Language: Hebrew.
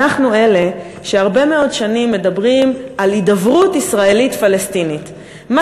אנחנו אלה שהרבה מאוד שנים מדברים על הידברות ישראלית פלסטינית,